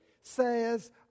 says